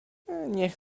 niech